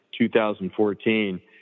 2014